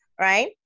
right